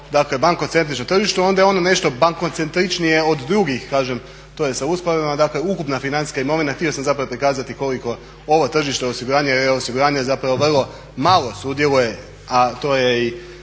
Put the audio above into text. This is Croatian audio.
bankocentričnom tržištu onda je ono nešto bankocentričnije od drugih, kažem to je sa usporedbama. Dakle ukupna financijska imovina, htio sam zapravo prikazati koliko ovo tržište osiguranje zapravo vrlo malo sudjeluje, a to je i